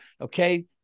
okay